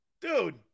Dude